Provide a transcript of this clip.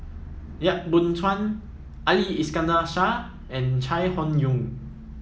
Yap Boon Chuan Ali Iskandar Shah and Chai Hon Yoong